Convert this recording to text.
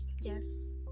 Yes